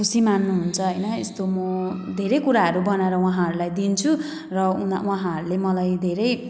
खुसी मान्नुहुन्छ होइन यस्तो म धेरै कुराहरू बनाएर उहाँहरूलाई दिन्छु र उनी उहाँहरूले मलाई धेरै